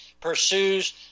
pursues